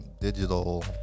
digital